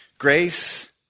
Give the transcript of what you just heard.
Grace